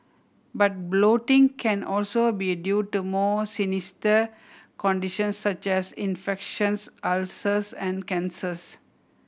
but bloating can also be due to more sinister conditions such as infections ulcers and cancers